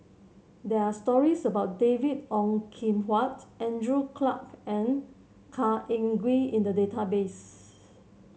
there are stories about David Ong Kim Huat Andrew Clarke and Khor Ean Ghee in the database